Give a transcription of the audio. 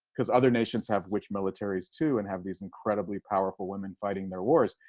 cause other nations have witch militaries too. and have these incredibly powerful women fighting their wars.